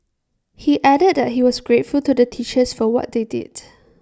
he added that he was grateful to the teachers for what they did